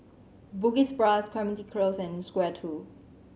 Bugis Plus Clementi Close and Square Two